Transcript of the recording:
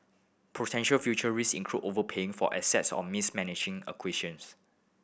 potential future risk include overpaying for assets or mismanaging